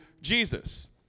Jesus